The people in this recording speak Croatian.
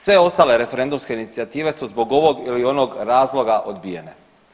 Sve ostale referendumske inicijative su zbog ovog ili onog razloga odbijene.